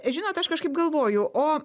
žinot aš kažkaip galvoju o